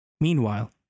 Meanwhile